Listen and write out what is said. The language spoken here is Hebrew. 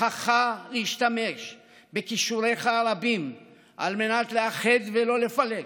בכוחך להשתמש בכישוריך הרבים על מנת לאחד ולא לפלג,